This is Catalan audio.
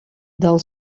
del